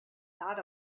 dot